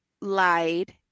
lied